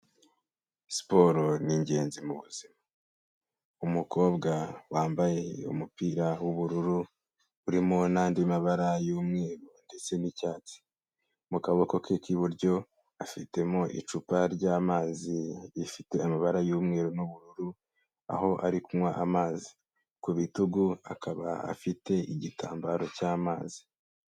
Siporo ni ingenzi mu buzima, umukobwa wambaye umupira w'ubururu urimo n'andi mabara y'umweru ndetse n'icyatsi, mu kaboko ke k'iburyo afitemo icupa ry'amazi rifite amabara y'umweru n'ubururu aho ari kunywa amazi, ku bitugu akaba afite igitambaro cy'amazi.